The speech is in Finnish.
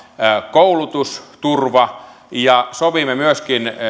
koulutusturva sovimme myöskin